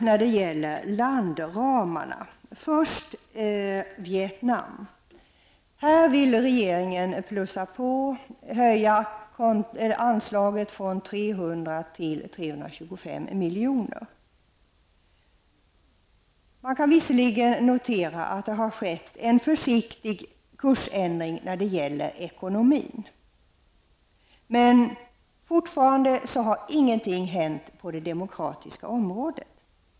När det gäller landramarna vill jag först säga några ord om Vietnam. Här vill regeringen höja anslaget. Det handlar om en höjning från 300 milj.kr. till 325 milj.kr. Visserligen har det skett en försiktig kursändring i fråga om ekonomin. Men ännu har det inte hänt något på demokratins område.